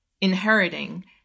inheriting